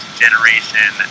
generation